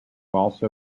also